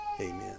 Amen